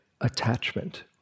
Attachment